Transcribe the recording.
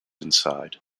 inside